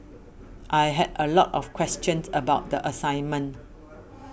I had a lot of questions about the assignment